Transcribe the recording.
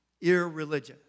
irreligious